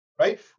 Right